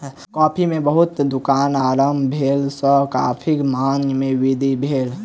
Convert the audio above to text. coffee के बहुत दुकान आरम्भ भेला सॅ कॉफ़ीक मांग में वृद्धि भेल